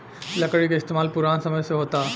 लकड़ी के इस्तमाल पुरान समय से होता